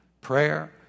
prayer